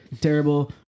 terrible